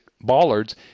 bollards